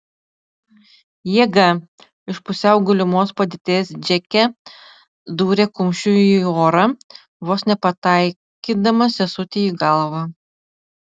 jėga iš pusiau gulimos padėties džeke dūrė kumščiu į orą vos nepataikydama sesutei į galvą